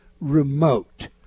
remote